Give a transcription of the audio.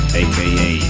aka